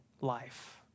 life